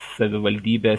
savivaldybės